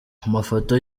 amafoto